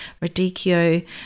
radicchio